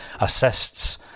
assists